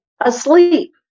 asleep